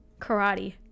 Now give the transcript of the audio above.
karate